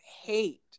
hate